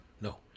no